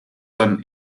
dann